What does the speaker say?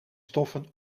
stoffen